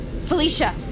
Felicia